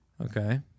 Okay